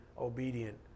obedient